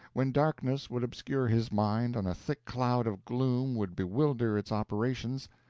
when darkness would obscure his mind, and a thick cloud of gloom would bewilder its operations,